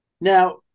Now –